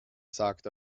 sagt